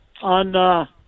On